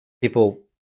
People